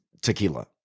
Tequila